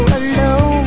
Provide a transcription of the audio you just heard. alone